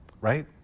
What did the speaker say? right